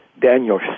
Daniel